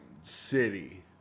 city